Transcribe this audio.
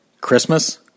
Christmas